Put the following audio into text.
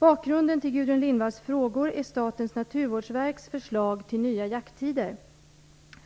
Bakgrunden till Gudrun Lindvalls frågor är Statens naturvårdsverks förslag till nya jakttider.